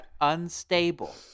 unstable